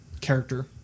character